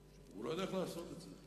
והוא לא ידע איך לעשות את זה?